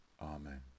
Amen